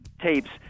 tapes